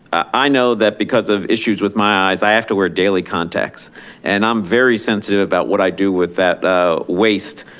i know that because of issues with my eyes, i have to wear daily contacts and i'm very sensitive about what i do with that waste.